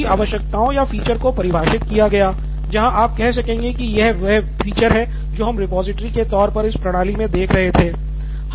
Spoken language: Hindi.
इसके बाद सभी आवश्यकताओं या फीचर को परिभाषित किया गया जहां आप कह सकेंगे कि ये वही फीचर हैं जो हम रिपॉजिटरी के तौर पर इस प्रणाली में देख रहे थे